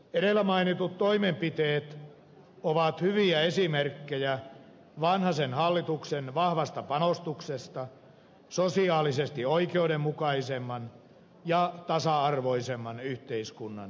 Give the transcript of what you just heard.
edellä mainitut toimenpiteet ovat hyviä esimerkkejä vanhasen hallituksen vahvasta panostuksesta sosiaalisesti oikeudenmukaisemman ja tasa arvoisemman yhteiskunnan eteen